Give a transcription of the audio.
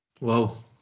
Wow